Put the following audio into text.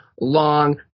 long